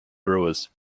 brewers